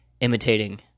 imitating